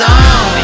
on